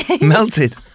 Melted